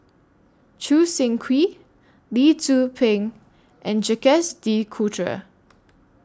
Choo Seng Quee Lee Tzu Pheng and Jacques De Coutre